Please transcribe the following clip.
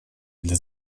для